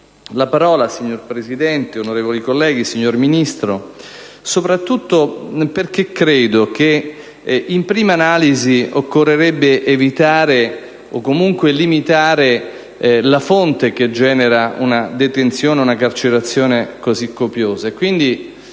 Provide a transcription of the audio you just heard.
la parola, signor Presidente, onorevoli colleghi, signor Ministro, soprattutto perché credo che, in prima analisi, occorrerebbe evitare - o comunque limitare - la fonte che genera una detenzione e una carcerazione così copiosa.